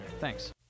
Thanks